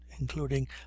including